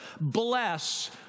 bless